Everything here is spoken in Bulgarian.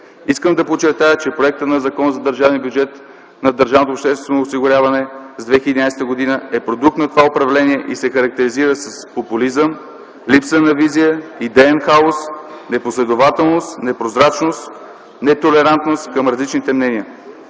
Искам да подчертая, че Законопроектът за бюджета на държавното обществено осигуряване за 2011 г. е продукт на това управление и се характеризира с популизъм, липса на визия, идеен хаос, непоследователност, непрозрачност, нетолерантност към различните мнения.